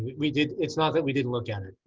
we did. it's not that we didn't look at it.